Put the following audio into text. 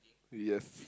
yes